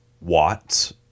Watts